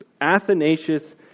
Athanasius